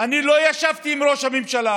אני לא ישבתי עם ראש הממשלה,